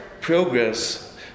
progress